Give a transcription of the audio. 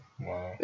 Wow